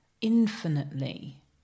infinitely